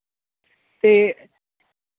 ते